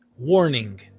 Warning